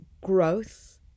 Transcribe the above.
growth